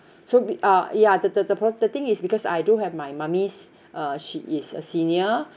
so uh ya the the the pro~ the thing is because I do have my mummy's uh she is a senior